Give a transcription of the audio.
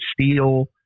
Steel